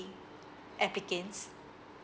applicants